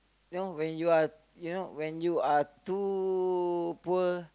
know when you are you know when you are too poor